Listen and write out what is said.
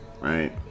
right